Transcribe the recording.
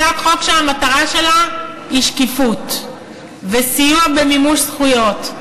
הצעת חוק שהמטרה שלה היא שקיפות וסיוע במימוש זכויות.